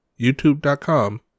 youtube.com